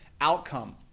outcome